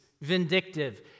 vindictive